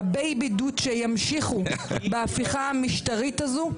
הבייבי דוצ'ה ימשיכו בהפיכה המשטרית הזו,